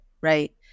Right